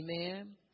Amen